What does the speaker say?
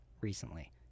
recently